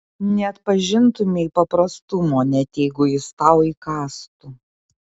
neatpažintumei paprastumo net jeigu jis tau įkąstų